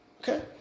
Okay